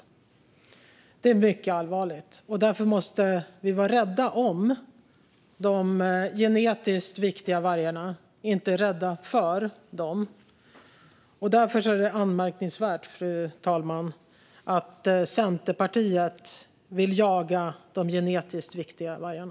Det är mycket allvarligt. Därför måste vi vara rädda om de genetiskt viktiga vargarna, inte rädda för dem, och därför är det anmärkningsvärt att Centerpartiet vill jaga de genetiskt viktiga vargarna.